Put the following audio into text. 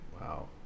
Wow